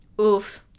oof